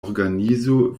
organizo